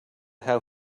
how